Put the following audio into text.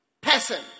person